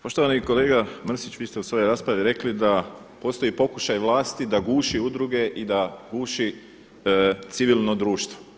Poštovani kolega Mrsić, vi ste u svojoj raspravi rekli da postoji pokušaj vlasti da guši udruge i da guši civilno društvo.